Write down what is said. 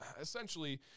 essentially